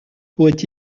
pourrait